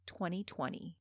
2020